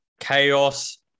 chaos